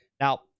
Now